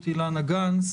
אילנה גנס.